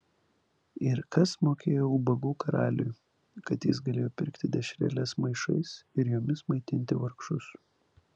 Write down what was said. ir kas mokėjo ubagų karaliui kad jis galėjo pirkti dešreles maišais ir jomis maitinti vargšus